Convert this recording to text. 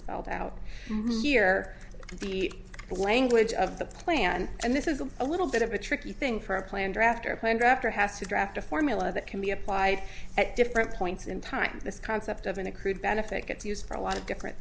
spelled out here the language of the plan and this is a little bit of a tricky thing for a plan draft or a plan draft or has to draft a formula that can be applied at different points in time this concept of an accrued benefit gets used for a lot of different